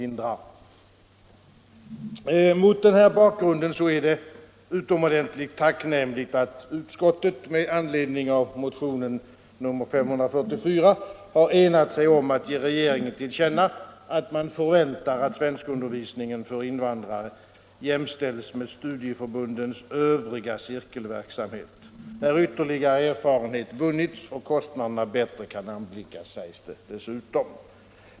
Onsdagen den Mot denna bakgrund är det utomordentligt tacknämligt att utskottet — 19 mars 1975 med anledning av motionen 544 har enats om att ge regeringen till känna att man förväntar att svenskundervisningen för invandrare jämställs med studieförbundens övriga cirkelverksamhet — när ytterligare erfarenheter — bildning vunnits och kostnaderna bättre kan överblickas, sägs det dessutom.